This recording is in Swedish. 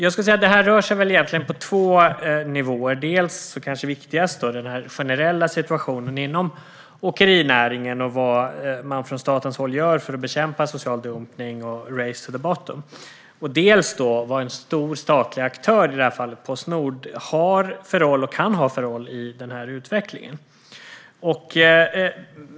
Det här rör sig egentligen på två nivåer, dels, och kanske viktigast, den generella situationen inom åkerinäringen och vad man från statens håll gör för att bekämpa social dumpning och ett race to the bottom, dels vad en stor statlig aktör, i det här fallet Postnord, har för roll och kan ha för roll i denna utveckling.